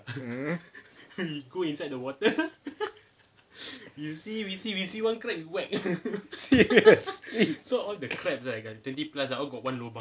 mm seriously